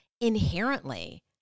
inherently